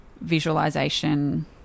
visualization